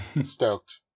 Stoked